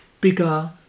bigger